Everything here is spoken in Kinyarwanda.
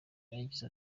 yagize